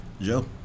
Joe